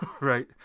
right